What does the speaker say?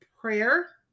prayer